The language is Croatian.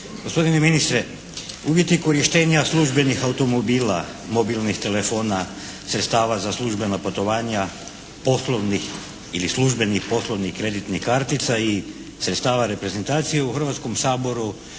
Gospodine ministre, uvjeti korištenja službenih automobila, mobilnih telefona, sredstava za službena putovanja, poslovnih ili službenih i poslovnih kreditnih kartica i sredstava reprezentacije u Hrvatskom saboru